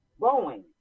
Boeing